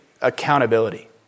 Accountability